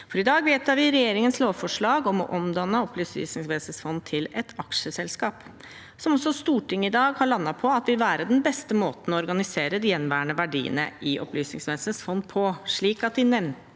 i dag vedtar vi regjeringens lovforslag om å omdanne Opplysningsvesenets fond til et aksjeselskap, som også Stortinget i dag lander på vil være den beste måten å organisere de gjenværende verdiene i Opplysningsvesenets fond på, slik at det nevnte